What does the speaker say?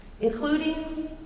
including